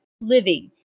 living